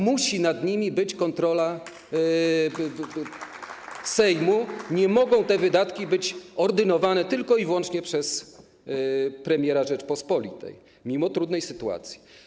Musi być nad nimi kontrola Sejmu, nie mogą te wydatki być ordynowane tylko i wyłącznie przez premiera Rzeczypospolitej, mimo trudnej sytuacji.